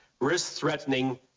risk-threatening